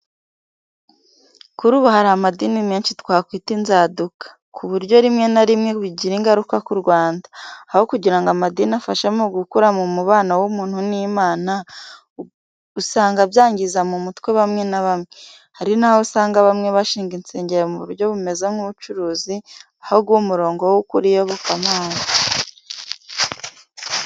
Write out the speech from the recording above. Kuri ubu hari amadini menshi twakwita “Inzanduka,” ku buryo rimwe na rimwe bigira ingaruka ku Rwanda. Aho kugira ngo amadini afashe mu gukura mu mubano w’umuntu n’Imana, usanga byangiza mu mutwe bamwe na bamwe. Hari naho usanga bamwe bashinga insengero mu buryo bumeze nk’ubucuruzi aho guha umurongo w’ukuri iyobokamana.